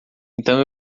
então